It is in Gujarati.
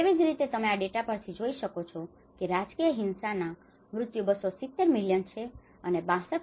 તેવી જ રીતે તમે આ ડેટા પરથી જોઈ શકો છો કે રાજકીય હિંસાના મૃત્યુ 270 મિલિયન છે અને 62